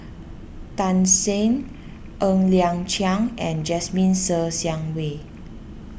Tan Shen Ng Liang Chiang and Jasmine Ser Xiang Wei